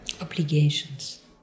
Obligations